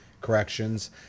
corrections